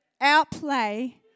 outplay